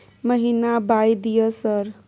महीना बाय दिय सर?